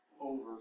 over